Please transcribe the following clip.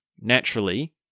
naturally